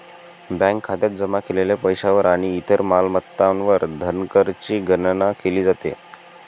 bank खात्यात जमा केलेल्या पैशावर आणि इतर मालमत्तांवर धनकरची गणना केली जाते